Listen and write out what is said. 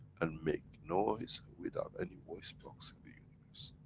and make noise without any voice box in the universe.